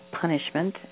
punishment